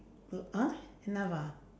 uh !huh! enough ah